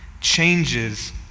changes